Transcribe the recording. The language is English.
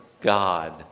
God